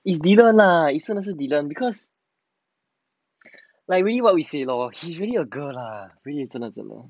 is dylan lah it's really dylan because like what we say lor he is really a girl lah really 真的真的